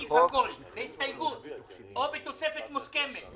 להוסיף הכול בהסתייגות או בתוספת מוסכמת,